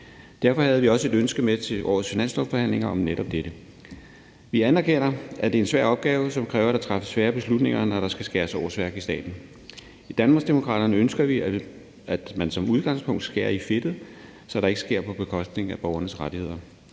Derfor havde vi også et ønske med til årets finanslovsforhandlinger om netop dette. Vi anerkender, at det er en svær opgave, som kræver, at der træffes svære beslutninger, når der skal skæres årsværk i staten. I Danmarksdemokraterne ønsker vi, at man som udgangspunkt skærer i fedtet, så det ikke sker på bekostning at borgernes rettigheder.